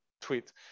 tweet